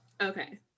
Okay